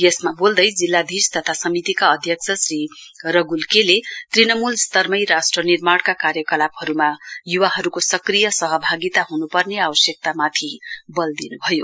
यसमा बोल्दै जिल्लाधीश तथा समितिका अध्यक्ष श्री रगुल के ले तृणमुल स्तरमै राष्ट्र निमार्णका कार्यकलापहरुमा युवाहरुको सक्रिय सहभागिता हुनुपर्ने आवश्यकतामाथि बल दिनुभयो